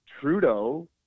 Trudeau